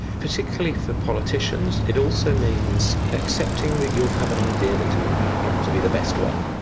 particularly for politicians, it also means accepting that you will have an idea that turned out not to be the best one,